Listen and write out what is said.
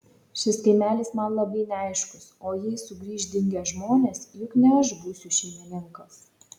šis kaimelis man labai neaiškus o jei sugrįš dingę žmonės juk ne aš būsiu šeimininkas